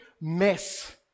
mess